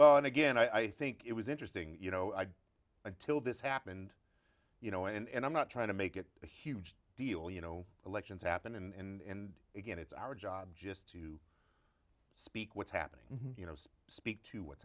well and again i think it was interesting you know until this happened you know and i'm not trying to make it a huge deal you know elections happen in again it's our job just to speak what's happening you know speak to what's